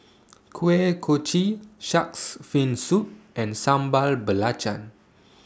Kuih Kochi Shark's Fin Soup and Sambal Belacan